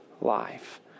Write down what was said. life